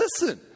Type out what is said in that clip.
listen